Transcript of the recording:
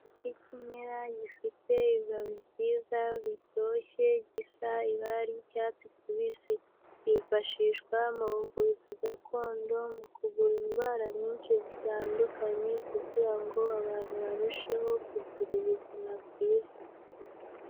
Ikimera gifite ibabi byiza ,bitoshye, gisa ibara ry'icyatsi kibisi. Kifashishwa mu buvuzi gakondo, mu ku kuvura indwara nyinshi zitandukanye, kugira ngo abantu barusheho kugira ubuzima bwiza.